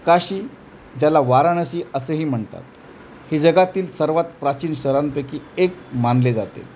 काशी ज्याला वारणसी असेही म्हणतात हे जगातील सर्वात प्राचीन शहरांपैकी एक मानले जाते